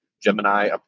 Gemini